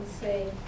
say